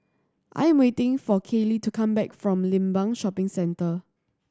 I'm waiting for Kayley to come back from Limbang Shopping Centre